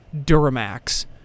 Duramax